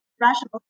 rational